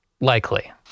likely